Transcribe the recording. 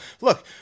Look